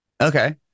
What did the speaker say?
Okay